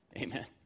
Amen